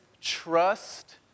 trust